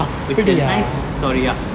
it's a nice story ah